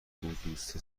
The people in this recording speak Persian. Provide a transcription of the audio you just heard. دوست